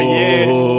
yes